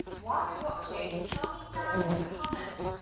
while you're watching, tell me down in the comments,